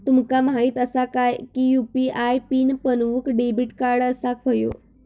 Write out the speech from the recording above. तुमका माहित असा काय की यू.पी.आय पीन बनवूक डेबिट कार्ड असाक व्हयो